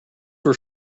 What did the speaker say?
were